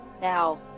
now